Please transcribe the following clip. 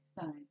sign